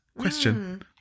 question